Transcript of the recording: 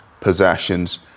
possessions